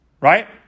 right